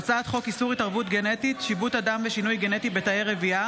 חוק ומשפט לצורך הכנתה לקריאה ראשונה.